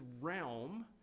realm